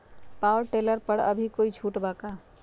Power tiller पर अभी कोई छुट बा का?